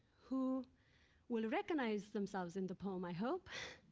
who will recognize themselves in the poem, i hope.